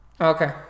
Okay